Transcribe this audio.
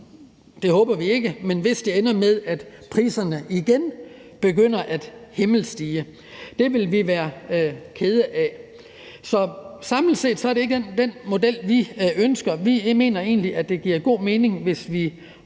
det håber vi ikke – det ender med, at priserne igen begynder at himmelstige. Det vil vi være kede af. Samlet set er det ikke den model, vi ønsker. Vi mener egentlig, at det giver god mening, hvis vi